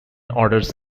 orders